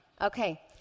Okay